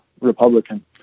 Republican